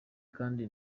kandi